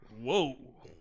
whoa